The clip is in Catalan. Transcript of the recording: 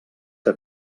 que